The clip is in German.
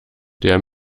der